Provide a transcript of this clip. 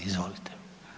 Izvolite.